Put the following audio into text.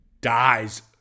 dies